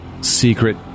secret